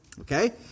Okay